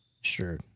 sure